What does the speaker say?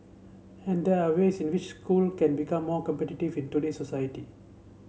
and there ways in which school can become more competitive in today's society